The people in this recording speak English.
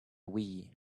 wii